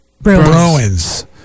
Bruins